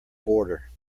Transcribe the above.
border